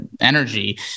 energy